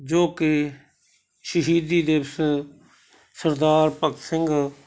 ਜੋ ਕਿ ਸ਼ਹੀਦੀ ਦਿਵਸ ਸਰਦਾਰ ਭਗਤ ਸਿੰਘ